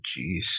jeez